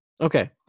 okay